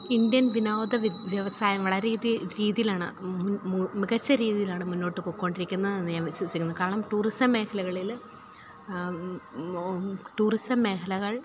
Indian വിനോദ വ്യവസായ വളരെ രീതിയിലാണ് മികച്ച രീതിയിലാണ് മുന്നോട്ട് പോയിക്കോണ്ടിരിക്കുന്നത് എന്ന് ഞാൻ വിശ്വസിക്കുന്നു കാരണം ടൂറിസം മേഖലകളിൽ ടൂറിസം മേഖലകൾ